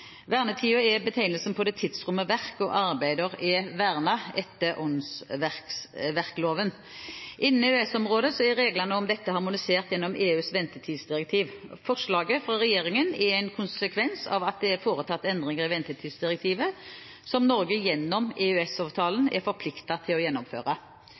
Vernetiden er betegnelsen på det tidsrommet verk og arbeider er vernet etter åndsverkloven. Innenfor EØS-området er reglene om dette harmonisert gjennom EUs vernetidsdirektiv. Forslaget fra regjeringen er en konsekvens av at det er foretatt endringer i vernetidsdirektivet, som Norge gjennom EØS-avtalen er forpliktet til å gjennomføre.